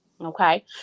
Okay